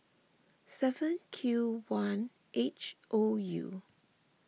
seven Q one H O U